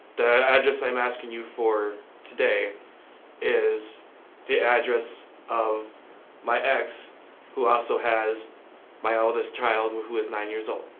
the address i'm asking you for today is the address of my ex who also has my eldest child who who is nine years old.